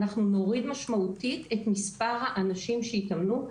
אנחנו נוריד משמעותית את מספר האנשים שיתאמנו.